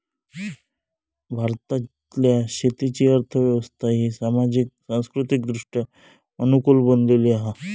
भारतातल्या शेतीची अर्थ व्यवस्था ही सामाजिक, सांस्कृतिकदृष्ट्या अनुकूल बनलेली हा